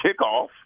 kickoff